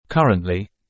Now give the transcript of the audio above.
Currently